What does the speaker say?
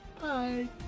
bye